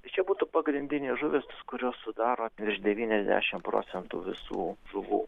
čia būtų pagrindinės žuvys kurios sudaro virš devyniasdešimt procentų visų žuvų